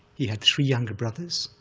he had three younger brothers.